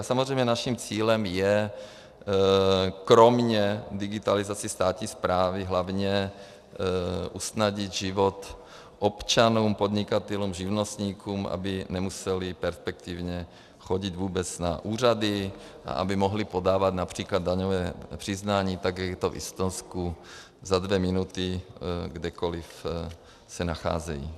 Samozřejmě naším cílem je kromě digitalizace státní správy hlavně usnadnit život občanům, podnikatelům, živnostníkům, aby nemuseli perspektivně chodit vůbec na úřady a aby mohli podávat například daňové přiznání tak, jak je to v Estonsku, za dvě minuty kdekoli se nacházejí.